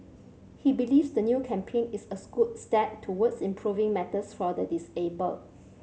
he believes the new campaign is a good step towards improving matters for the disabled